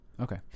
Okay